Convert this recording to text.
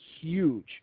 huge